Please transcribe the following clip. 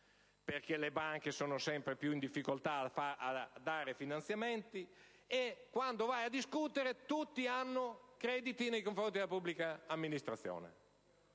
perché le banche sono sempre più in difficoltà a dare finanziamenti, e che vantano crediti nei confronti della pubblica amministrazione,